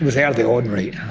it was out of the ordinary.